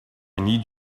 need